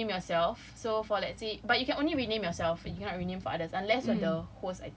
apa rename yourself so if let's say but you can only rename yourself you cannot rename for others unless you're the